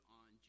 on